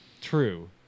True